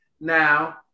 now